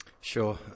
Sure